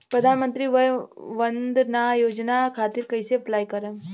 प्रधानमंत्री वय वन्द ना योजना खातिर कइसे अप्लाई करेम?